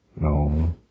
No